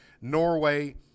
Norway